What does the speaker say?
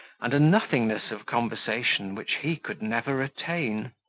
and nothingness of conversation which he could never attain.